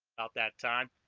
at that time